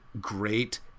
great